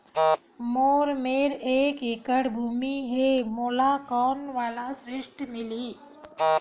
मोर मेर एक एकड़ भुमि हे मोला कोन वाला ऋण मिलही?